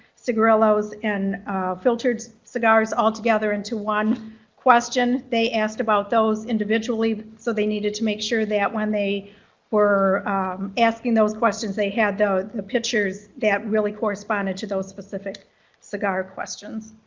cigarillos, and filtered cigars all together into one question. they asked about those individually, so they needed to make sure that when they were asking those questions they had the pictures that really corresponded to those specific cigar questions.